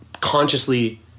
consciously